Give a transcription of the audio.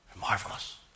marvelous